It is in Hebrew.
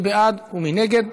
מי בעד ומי נגד?